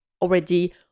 Already